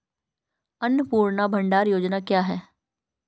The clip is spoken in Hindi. अन्नपूर्णा भंडार योजना क्या है?